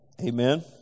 Amen